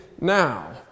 now